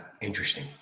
interesting